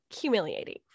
Humiliating